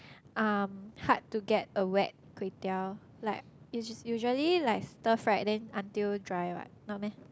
um hard to get a wet kway-teow like usu~ usually like stir fried then until dry [what] not meh